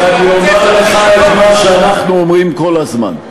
ואני אומר לך את מה שאנחנו אומרים כל הזמן.